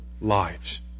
lives